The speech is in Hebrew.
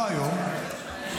לא היום,